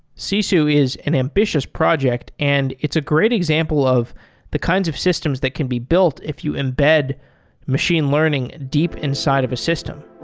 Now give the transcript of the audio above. sisu is an ambitious project and it's a great example of the kinds of systems that can be built if you embed machine learning deep inside of a system.